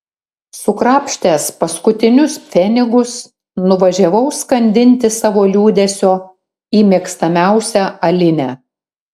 sukrapštęs paskutinius pfenigus nuvažiavau skandinti savo liūdesio į mėgstamiausią alinę